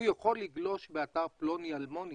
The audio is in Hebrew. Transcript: הוא יכול לגלוש באתר פלוני אלמוני,